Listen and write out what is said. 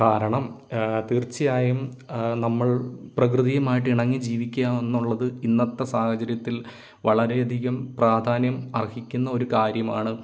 കാരണം തീർച്ചയായും നമ്മൾ പ്രകൃതിയുമായിട്ട് ഇണങ്ങി ജീവിക്കുകാന്നുള്ളത് ഇന്നത്തെ സാഹചര്യത്തിൽ വളരെ അധികം പ്രാധാന്യം അർഹിക്കുന്ന ഒരു കാര്യമാണ്